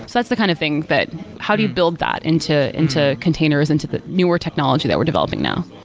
so that's the kind of thing that how do you build that into into containers, into the newer technology that we're developing now?